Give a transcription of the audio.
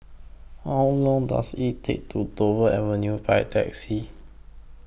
How Long Does IT Take to Dover Avenue By Taxi